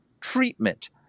treatment